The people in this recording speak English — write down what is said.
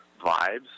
vibes